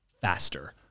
faster